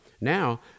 now